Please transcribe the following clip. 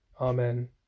Amen